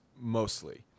mostly